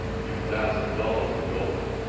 two thousand dollars in gold,